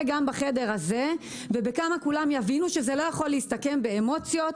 גם בחדר הזה ובכמה כולם יבינו שזה לא יכול להסתכם באמוציות,